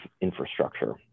infrastructure